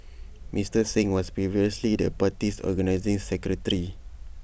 Mister Singh was previously the party's organising secretary